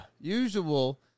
usual